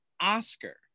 Oscar